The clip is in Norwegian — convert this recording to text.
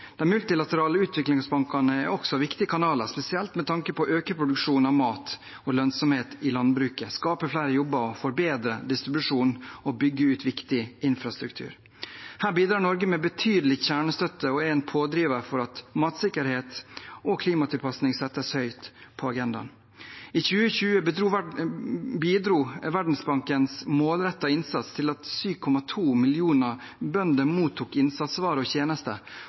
De multilaterale utviklingsbankene er også viktige kanaler, spesielt med tanke på å øke produksjon av mat og lønnsomhet i landbruket, skape flere jobber, forbedre distribusjonen og bygge ut viktig infrastruktur. Her bidrar Norge med betydelig kjernestøtte og er en pådriver for at matsikkerhet og klimatilpasning settes høyt på agendaen. I 2020 bidro Verdensbankens målrettede innsats til at 7,2 millioner bønder mottok innsatsvarer og tjenester,